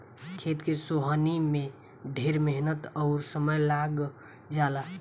खेत के सोहनी में ढेर मेहनत अउर समय लाग जला